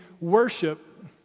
worship